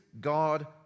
God